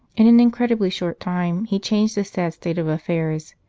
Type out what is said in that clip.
in an incredibly short time he changed this sad state of affairs.